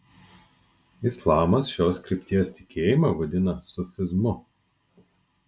islamas šios krypties tikėjimą vadina sufizmu